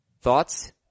Thoughts